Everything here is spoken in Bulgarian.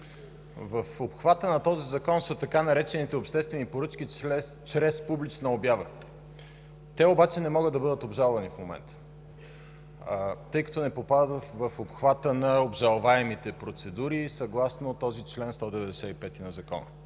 В обхвата на този Закон са така наречените „обществени поръчки чрез публична обява”, те обаче не могат да бъдат обжалвани в момента, тъй като не попадат в обхвата на обжалваемите процедури, съгласно този чл. 195 на Закона.